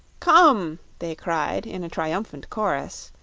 come! they cried, in a triumphant chorus,